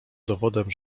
dowodem